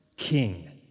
king